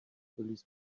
police